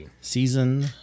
season